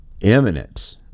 imminent